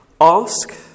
Ask